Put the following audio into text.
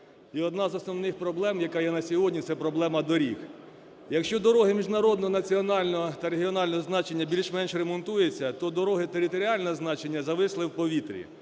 одна з основних проблем, яка є на сьогодні, це проблема доріг. Якщо дороги міжнародного, національного та регіонального значення більш-менш ремонтуються, то дороги територіального значення зависли у повітрі.